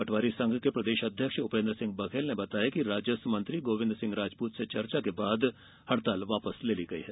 पटवारी संघ के प्रदेश अध्यक्ष उपेन्द्र सिंह बघेल ने बताया कि राजस्व मंत्री गोविन्द सिंह राजपूत से चर्चा के उपरांत हड़ताल वापस ली गयी है